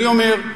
אני אומר,